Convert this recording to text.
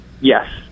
yes